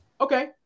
okay